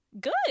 good